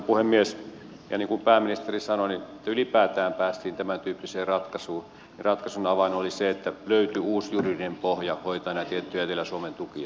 ihan niin kuin pääministeri sanoi että ylipäätään päästiin tämän tyyppiseen ratkaisuun niin ratkaisun avain oli se että löytyi uusi juridinen pohja hoitaa näitä tiettyjä etelä suomen tukia